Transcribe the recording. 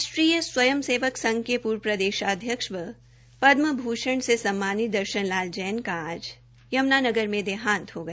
राष्ट्रीय स्वयं सेवक संघ के र्व प्रदेशाध्यक्ष व दमभूषण से सम्मानित दर्शन लाल का आज यमुनानगर में देहांत हो गया